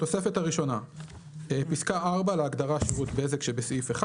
"התוספת הראשונה (פסקה (4) להגדרה "שירות בזק" שבסעיף 1